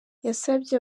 yasabye